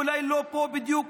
אולי לא פה בדיוק,